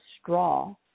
straw